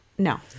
No